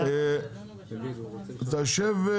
טוב אתה יושב?